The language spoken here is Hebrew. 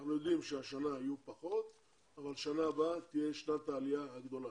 אנחנו יודעים שהשנה יהיו פחות אבל בשנה הבאה תהיה שנת העלייה הגדולה.